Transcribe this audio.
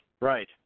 Right